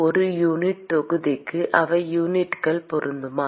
ஒரு யூனிட் தொகுதிக்கு அவை யூனிட்கள் பொருந்துமா